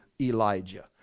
Elijah